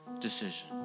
decision